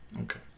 Okay